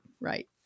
right